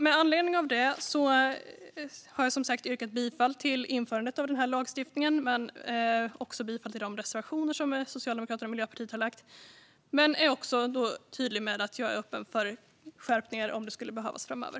Med anledning av detta har jag yrkat bifall till utskottets förslag om att införa lagstiftningen, men jag har också yrkat bifall till de tre reservationer som Socialdemokraterna och Miljöpartiet har lagt fram. Jag är också tydlig med att jag är öppen för skärpningar av lagen om det skulle behövas framöver.